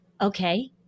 Okay